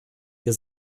wir